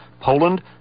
Poland